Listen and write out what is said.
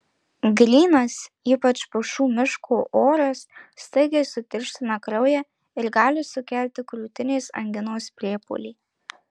grynas ypač pušų miško oras staigiai sutirština kraują ir gali sukelti krūtinės anginos priepuolį